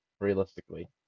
Realistically